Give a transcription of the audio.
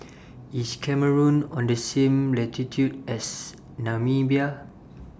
IS Cameroon on The same latitude as Namibia